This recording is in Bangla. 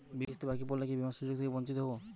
বিমার কিস্তি বাকি পড়লে কি বিমার সুযোগ থেকে বঞ্চিত হবো?